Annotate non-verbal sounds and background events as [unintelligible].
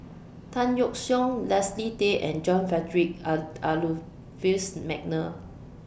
Tan Yeok Seong Leslie Tay and John Frederick [unintelligible] Adolphus Mcnair